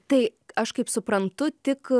tai aš kaip suprantu tik